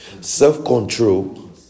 Self-control